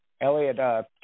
Elliott